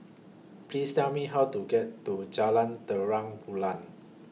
Please Tell Me How to get to Jalan Terang Bulan